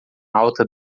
alta